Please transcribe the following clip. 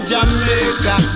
Jamaica